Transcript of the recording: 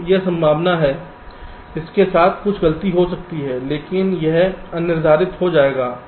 तो यह संभावना है जिसके साथ कुछ गलती हो सकती है लेकिन यह अनिर्धारित हो जाएगा